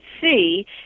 see